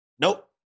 Nope